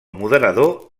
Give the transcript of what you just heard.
moderador